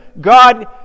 God